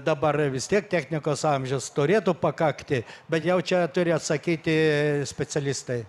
dabar vis tiek technikos amžius turėtų pakakti bet jau čia turi atsakyti specialistai